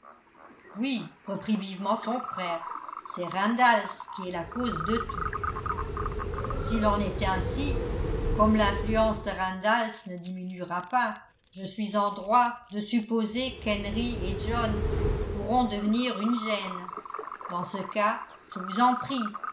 oui reprit vivement son frère c'est randalls qui est la cause de tout s'il en est ainsi comme l'influence de randalls ne diminuera pas je suis en droit de supposer qu'henri et john pourront devenir une gêne dans ce cas je vous en prie